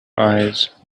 eyes